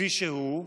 כפי שהוא,